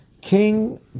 King